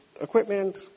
equipment